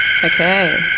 Okay